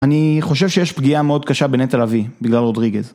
אני חושב שיש פגיעה מאוד קשה בנטע לביא, בגלל רודריגז.